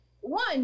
one